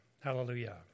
hallelujah